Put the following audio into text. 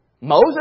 Moses